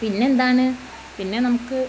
പിന്നെന്താണ് പിന്നെ നമുക്ക്